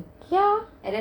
ya